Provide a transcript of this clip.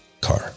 car